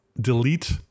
delete